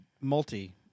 multi